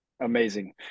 Amazing